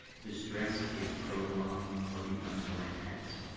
the stress is prolonged or becomes more intense.